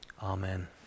Amen